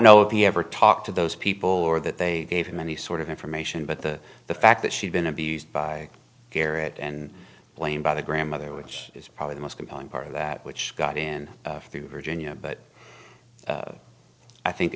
know if he ever talk to those people or that they gave him any sort of information but the the fact that she'd been abused by garrett and blame by the grandmother which is probably the most compelling part of that which got in through virginia but i think